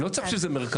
לא צריך בשביל זה מרכז.